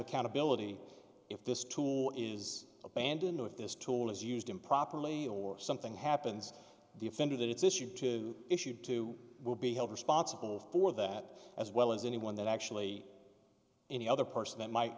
accountability if this tool is abandoned know if this tool is used improperly or something happens the offender that it's issue to issue to will be held responsible for that as well as anyone that actually any other person that might